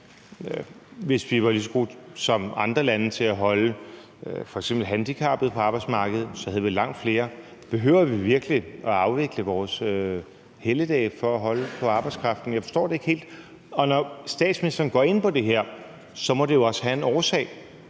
Hvis vi var lige så gode som andre lande til at holde f.eks. handicappede på arbejdsmarkedet, så havde vi langt flere. Behøver vi virkelig at afvikle vores helligdage for at holde på arbejdskraften? Jeg forstår det ikke helt. Og når statsministeren går ind for det, må det jo også have en årsag.